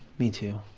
me, too.